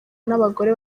n’abagore